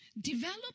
Develop